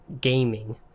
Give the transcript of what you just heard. gaming